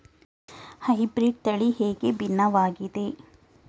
Hybrid ತಳಿ ಹೇಗೆ ಭಿನ್ನವಾಗಿದೆ?